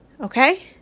Okay